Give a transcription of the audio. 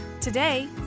Today